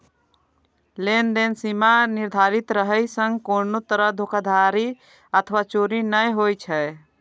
लेनदेन सीमा निर्धारित रहै सं कोनो तरहक धोखाधड़ी अथवा चोरी नै होइ छै